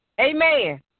Amen